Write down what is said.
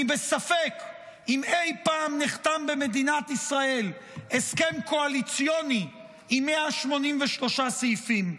אני בספק אם אי-פעם נחתם במדינת ישראל הסכם קואליציוני עם 183 סעיפים.